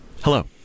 Hello